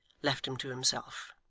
left him to himself.